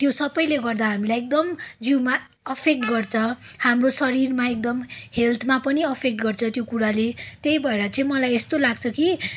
त्यो सबैले गर्दा हामीलाई एकदम जिउमा इफेक्ट गर्छ हाम्रो शरीरमा एकदम हेल्थमा पनि इफेक्ट गर्छ त्यो कुराले त्यही भएर चाहिँ मलाई यस्तो लाग्छ कि